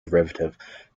derivative